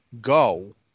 go